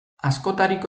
askotariko